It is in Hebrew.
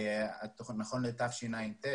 נכון לתשע"ט,